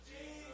Jesus